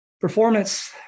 Performance